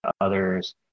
others